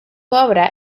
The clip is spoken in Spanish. obra